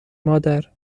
مادر